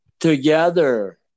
Together